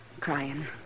crying